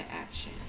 action